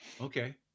Okay